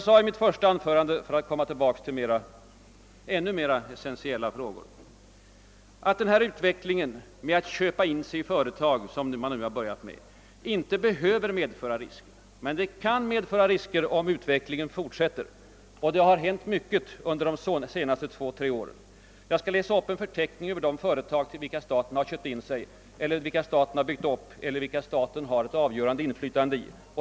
För att sedan komma tillbaka till mera essentiella frågor sade jag i mitt första anförande att den utveckling som man nu börjat med, alltså att köpa in sig i företag, inte behöver medföra risker men att det kan vara riskfyllt om utvecklingen fortsätter. Och det har hänt mycket under de senaste två tre åren. Jag skall här läsa upp en förteckning över de företag som staten har byggt upp eller där staten har ett avgörande inflytande.